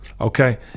Okay